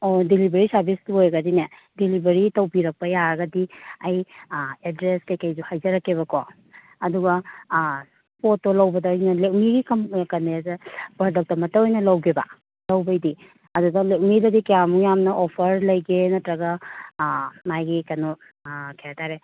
ꯑꯣ delivery service ꯑꯣꯏꯔꯒꯗꯤꯅꯦ delivery ꯇꯧꯕꯤꯔꯛꯄ ꯌꯥꯔꯒꯗꯤ ꯑꯩ ꯑꯦꯗ꯭ꯔꯦꯁ ꯀꯩ ꯀꯩꯁꯨ ꯍꯥꯏꯖꯔꯛꯀꯦꯕꯀꯣ ꯑꯗꯨꯒ ꯄꯣꯠꯇꯣ ꯂꯩꯕꯗ ꯑꯩꯅ ꯂꯦꯛꯃꯤꯒꯤ ꯀꯩꯅꯣꯗ ꯄ꯭ꯔꯗꯛꯇꯃꯇ ꯑꯣꯏꯅ ꯂꯧꯒꯦꯕ ꯂꯧꯕꯩꯗꯤ ꯑꯗꯨꯗ ꯂꯦꯛꯃꯤꯗꯗꯤ ꯀꯌꯥꯃꯨꯛ ꯌꯥꯝꯅ ꯑꯣꯐꯔ ꯂꯩꯒꯦ ꯅꯠꯇ꯭ꯔꯒ ꯃꯥꯒꯤ ꯀꯩꯅꯣ ꯀꯩ ꯍꯥꯏ ꯇꯥꯔꯦ